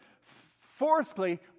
fourthly